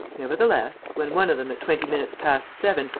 nevertheless, when one of them, at twenty minutes past seven,